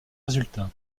résultat